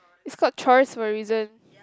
it's called choice for a reason